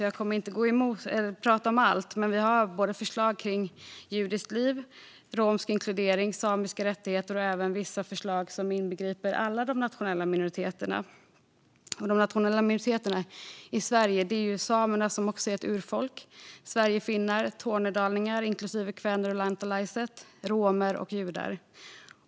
Jag kommer inte att prata om alla, men vi har förslag som rör judiskt liv, romsk inkludering och samiska rättigheter. Vi har även vissa förslag som inbegriper alla de nationella minoriteterna. De nationella minoriteterna i Sverige är samer, som också är ett urfolk, sverigefinnar, tornedalingar inklusive kväner och lantalaiset, romer och judar.